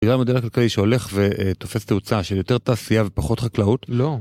בגלל המדינה כלכלית שהולכת ותופסת הוצאה של יותר תעשייה ופחות חקלאות? לא.